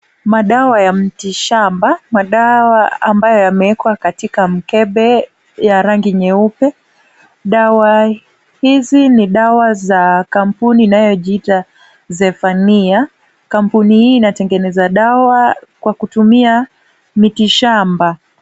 Madawa ya miti shamba. Madawa ambayo yamewekwa katika mkebe ya rangi nyeupe. Dawa hizi ni dawa za kampuni inayojiita Zephaniah. Kampuni hii inatengeneza dawa kwa kutumia miti shamba.